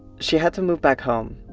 she had to move back home,